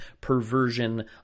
perversion